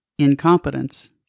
incompetence